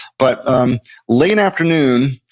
but um late afternoon,